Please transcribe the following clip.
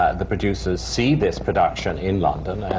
ah the producers see this production in london,